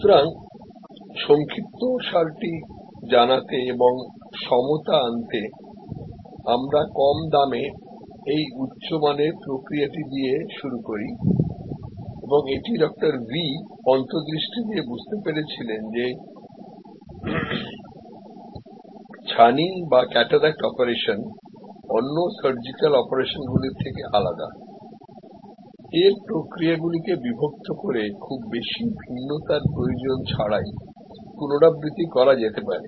সুতরাং সংক্ষিপ্তসারটি জানাতে এবং সমতা আনতে আমরা কম দামে এই উচ্চ মানের প্রক্রিয়াটি দিয়ে শুরু করি এবং এটি ডাঃ ভি অন্তর্দৃষ্টি দিয়ে বুঝতে পেরেছিলেন যে ছানি বা ক্যাটারাক্ট অপারেশন অন্য সার্জিক্যাল অপারেশন গুলির থেকে আলাদা এর প্রক্রিয়া গুলি কে বিভক্ত করে খুব বেশি ভিন্নতার প্রয়োজন ছাড়াই পুনরাবৃত্তি করা যেতে পারে